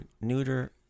neuter